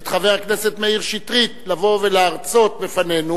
את חבר הכנסת מאיר שטרית לבוא ולהרצות בפנינו